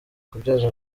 kubyaza